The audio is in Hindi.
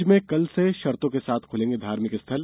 राज्य में कल से शर्तो के साथ खुलेंगे धार्मिक स्थल